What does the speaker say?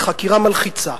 בחקירה מלחיצה,